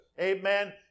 amen